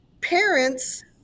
parents